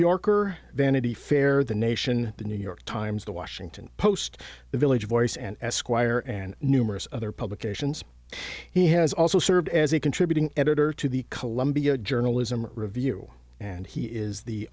yorker vanity fair the nation the new york times the washington post the village voice and esquire and numerous other publications he has also served as a contributing editor to the columbia journalism review and he is the